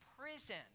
prison